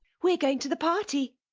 we're going to the party.